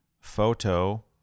Photo